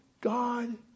God